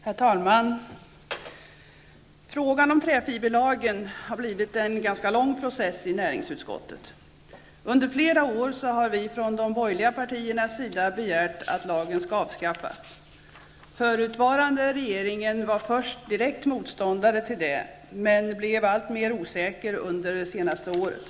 Herr talman! Arbetet med frågan om träfiberlagen har blivit en ganska lång process i näringsutskottet. Under flera år har vi från de borgerliga partierna begärt att lagen skall avskaffas. Förutvarande regering var först direkt motståndare till detta men blev alltmer osäker under det senaste året.